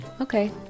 Okay